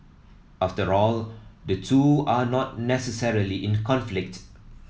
after all the two are not necessarily in conflict